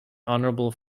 honourable